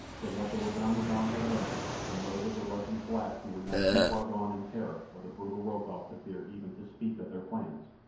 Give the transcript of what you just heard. from what the waganwazam had learned from those of the russian's blacks who were not too far gone in terror of the brutal rokoff to fear even to speak of their plans,